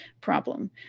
problem